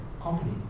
company